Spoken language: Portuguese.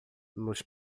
nos